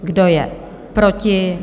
Kdo je proti?